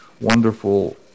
wonderful